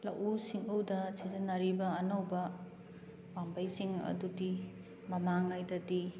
ꯂꯧꯎ ꯁꯤꯡꯎꯗ ꯁꯤꯖꯟꯅꯔꯤꯕ ꯑꯅꯧꯕ ꯄꯥꯝꯕꯩꯁꯤꯡ ꯑꯗꯨꯗꯤ ꯃꯃꯥꯡꯉꯩꯗꯗꯤ